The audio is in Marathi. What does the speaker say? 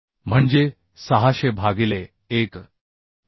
म्हणजे 600 भागिले 1